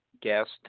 guest